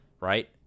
right